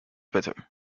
better